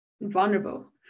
vulnerable